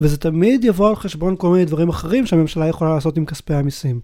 וזה תמיד יבוא על חשבון כל מיני דברים אחרים שהממשלה יכולה לעשות עם כספי המסים.